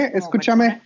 escúchame